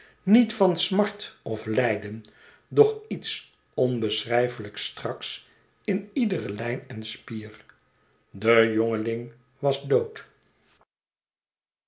niet van smart of lijden doch iets onbeschrijfelijk straks in iedere lijn en spier de jongeling was dood